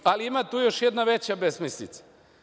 Ima tu još jedna veća besmislica.